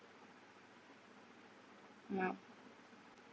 yup